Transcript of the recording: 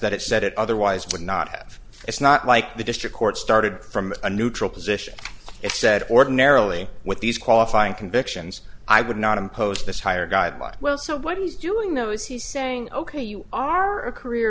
that it said it otherwise would not have it's not like the district court started from a neutral position it said ordinarily what these qualifying convictions i would not impose this higher guideline well so what he's doing though is he's saying ok you are a career